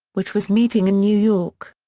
which was meeting in new york.